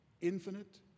infinite